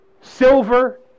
silver